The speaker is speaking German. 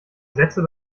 sätze